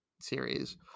series